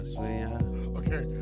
Okay